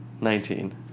Nineteen